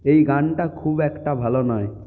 এই গানটা খুব একটা ভাল নয়